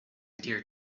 dear